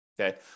Okay